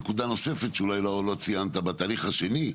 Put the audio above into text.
נקודה נוספת שאולי לא ציינת בתהליך השני,